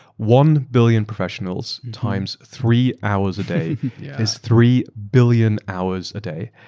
one billion professionals times three hours a day yeah is three billion hours a day